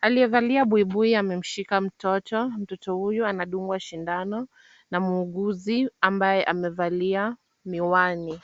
aliyevalia buibui ameshika mtoto, mtoto huyo anadungwa sindano na muuguzi ambaye amevalia miwani.